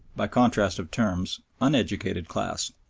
by contrast of terms, uneducated class,